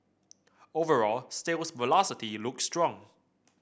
overall sales velocity looks strong